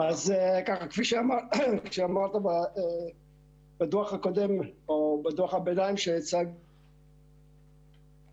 כפי שאמרת, בדו"ח הביניים שהצגנו